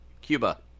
Cuba